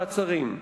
מעצרים),